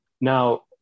Now